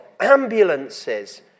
ambulances